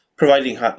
Providing